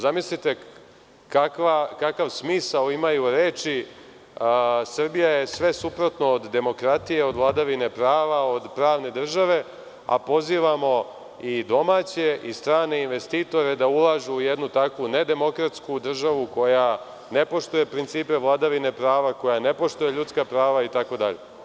Zamislite kakav smisao imaju reči – Srbija je sve suprotno od demokratije i vladavine prava, od pravne države, a pozivamo i domaće i strane investitore da ulažu u jednu takvu nedemokratsku državu koja ne poštuje principe vladavine prava, koja ne poštuje ljudska prava itd.